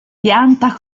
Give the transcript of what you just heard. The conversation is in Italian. pianta